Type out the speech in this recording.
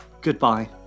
Goodbye